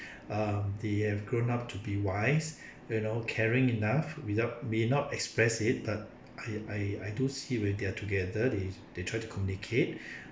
um they have grown up to be wise you know caring enough without may not express it but I I I do see when they are together they they try to communicate